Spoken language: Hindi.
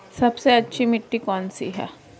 सबसे अच्छी मिट्टी कौन सी है?